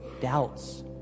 doubts